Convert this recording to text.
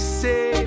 say